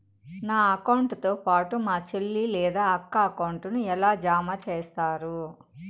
నా అకౌంట్ తో పాటు మా చెల్లి లేదా అక్క అకౌంట్ ను ఎలా జామ సేస్తారు?